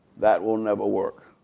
that will never work.